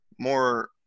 more